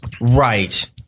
Right